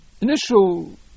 initial